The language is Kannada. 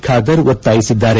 ಖಾದರ್ ಒತ್ತಾಯಿಸಿದ್ದಾರೆ